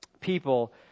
people